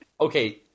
okay